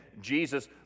Jesus